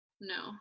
No